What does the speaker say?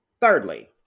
Thirdly